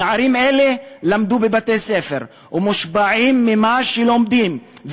נערים אלה למדו בבתי-הספר והם מושפעים ממה שהם לומדים,